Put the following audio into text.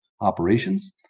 Operations